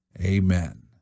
Amen